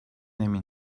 emin